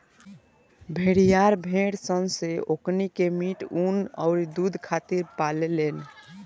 भेड़िहार भेड़ सन से ओकनी के मीट, ऊँन अउरी दुध खातिर पाले लेन